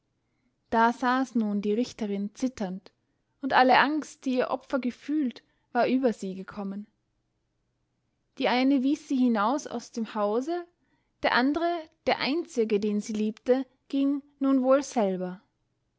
da saß nun die richterin zitternd und alle angst die ihr opfer gefühlt war über sie gekommen die eine wies sie hinaus aus dem hause der andre der einzige den sie liebte ging nun wohl selber